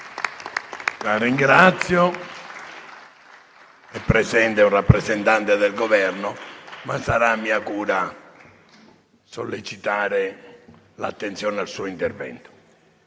La ringrazio. È presente un rappresentante del Governo, ma sarà mia cura sollecitare l'attenzione al suo intervento.